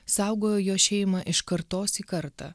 saugojo jo šeimą iš kartos į kartą